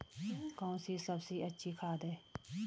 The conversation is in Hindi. कौन सी सबसे अच्छी खाद है?